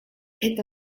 это